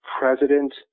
president